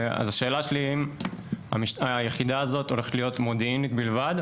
השאלה שלי היא אם היחידה הזאת הולכת להיות מודיעינית בלבד,